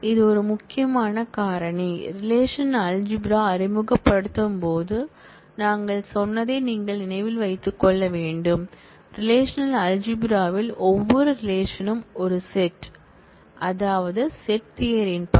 இது ஒரு மிக முக்கியமான காரணி ரெலேஷனல்அல்ஜிப்ரா அறிமுகப்படுத்தும் போது நாங்கள் சொன்னதை நீங்கள் நினைவில் வைத்துக் கொள்ள வேண்டும் ரெலேஷனல்அல்ஜிப்ரா ல் ஒவ்வொரு ரிலேஷன்ம் ஒரு செட் அதாவது செட் தியரின் படி